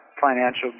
Financial